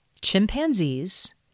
chimpanzees